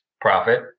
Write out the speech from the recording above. profit